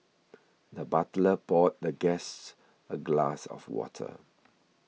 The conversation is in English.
the butler poured the guests a glass of water